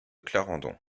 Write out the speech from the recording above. clarendon